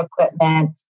equipment